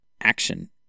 action